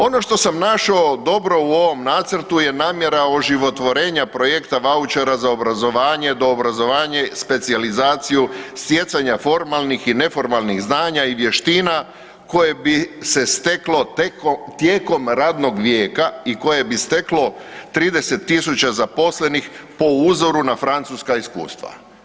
Ono što sam našao dobro u ovom nacrtu je namjera oživotvorenja projekta vaučera za obrazovanje, do obrazovanje specijalizaciju, stjecanja formalnih i neformalnih znanja i vještina koje bi se steklo tijekom radnog vijeka i koje bi steklo 30.000 zaposlenih po uzoru na francuska iskustva.